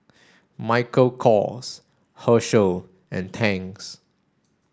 Michael Kors Herschel and Tangs